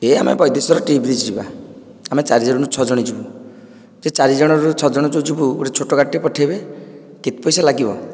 ଏଇ ଆମେ ବୈଦେଶ୍ଵର ଟି ବ୍ରିଜ ଯିବା ଆମେ ଚାରି ଜଣରୁ ଛଅ ଜଣ ଯିବୁ ଯେ ଚାରି ଜଣରୁ ଛଅଜଣ ଯେଉଁ ଯିବୁ ଗୋଟିଏ ଛୋଟ ଗାଡ଼ିଟିଏ ପଠେଇବେ କେତେ ପଇସା ଲାଗିବ